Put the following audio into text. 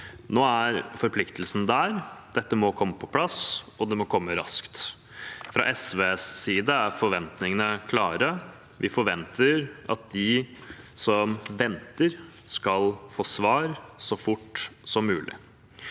Nå er forpliktelsen der. Dette må komme på plass, og det må komme raskt. Fra SVs side er forventningene klare: Vi forventer at de som venter, skal få svar så fort som mulig.